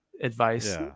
advice